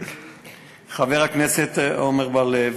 חבר הכנסת עמר בר-לב,